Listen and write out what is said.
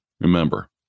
Remember